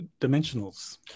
Dimensionals